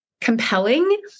compelling